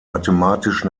mathematisch